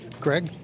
Greg